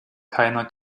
keiner